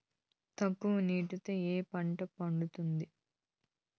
తక్కువ నీళ్లతో ఏ పంట పండుతుంది?